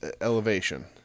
elevation